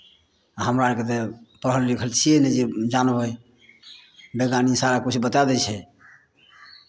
हमरा आरकेँ तऽ पढ़ल लिखल छियै नहि जे जानबै वैज्ञानिक सारा किछु बता दै छै